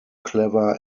clever